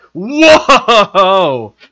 Whoa